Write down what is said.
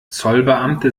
zollbeamte